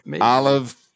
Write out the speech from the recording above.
Olive